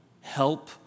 help